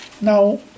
Now